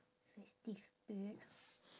fifty spirit